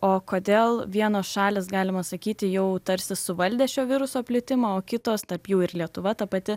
o kodėl vienos šalys galima sakyti jau tarsi suvaldė šio viruso plitimą o kitos tarp jų ir lietuva ta pati